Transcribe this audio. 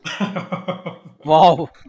Wow